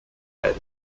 bed